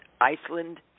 Iceland